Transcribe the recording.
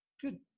Good